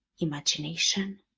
imagination